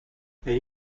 and